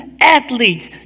athletes